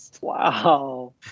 Wow